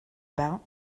about